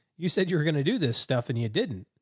you said you were going to do this stuff and you didn't.